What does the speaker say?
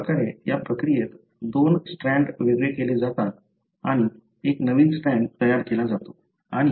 अशाप्रकारे या प्रक्रियेत दोन स्ट्रँड वेगळे केले जातात आणि एक नवीन स्ट्रँड तयार केला जातो